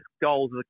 goals